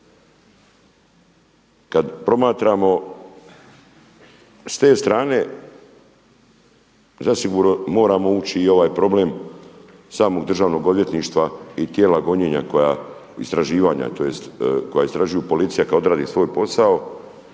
Kada promatramo s te strane zasigurno moramo ući i u ovaj problem samog Državnog odvjetništva i tijela istraživanja tj. koja istražuju, policija kada odradi svoj posao.